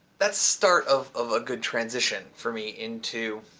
that start of of a good transition for me into